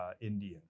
Indian